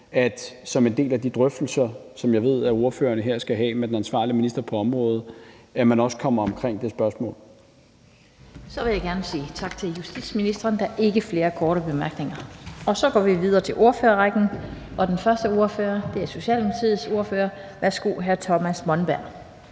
det som en del af de drøftelser, som jeg ved at ordføreren her skal have med den ansvarlige minister på området, er relevant, at man også kommer omkring det spørgsmål. Kl. 18:00 Den fg. formand (Annette Lind): Så vil jeg gerne sige tak til justitsministeren. Der er ikke flere korte bemærkninger. Så går vi videre til ordførerrækken, og den første ordfører er Socialdemokratiets ordfører. Værsgo, hr. Thomas Monberg.